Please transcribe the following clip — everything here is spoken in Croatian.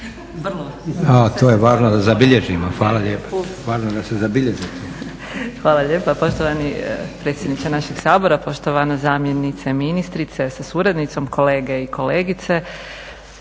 to je važno da zabilježimo. Hvala lijepa.